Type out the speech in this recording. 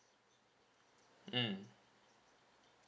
mm